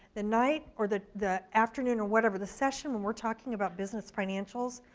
the night or the the afternoon, or whatever, the session when we're talking about business financials,